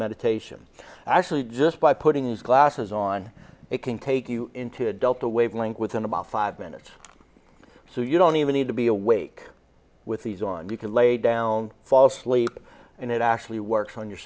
meditation actually just by putting these glasses on it can take you into adult the wavelength within about five minutes so you don't even need to be awake with these on you can lay down fall asleep and it actually works on your